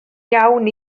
iawn